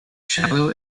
shallow